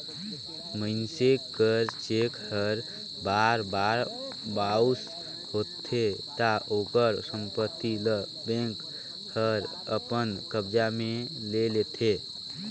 मइनसे कर चेक हर बार बार बाउंस होथे ता ओकर संपत्ति ल बेंक हर अपन कब्जा में ले लेथे